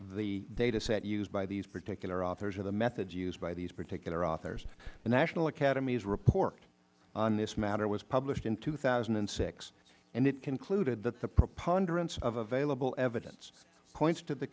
the data set used by these particular authors or the methods used by these particular authors the national academy's report on this matter was published in two thousand and six and it concluded that the preponderance of available evidence points to the